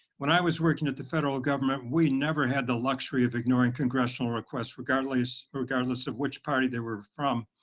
when i was working at the federal government, we never had the luxury of ignoring congressional requests, regardless regardless of which party they were from.